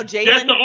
Jalen –